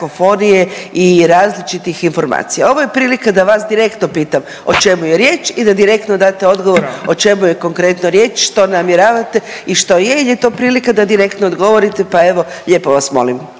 kakofonije i različitih informacija. Ovo je prilika da vas direktno pitam o čemu je riječ i da direktno date odgovor o čemu je konkretno riječ, što namjeravate i što je jel je to prilika da direktno odgovorite, pa evo lijepo vas molim.